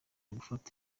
gufata